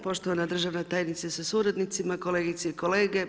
Poštovana državna tajnice sa suradnicima, kolegice i kolege.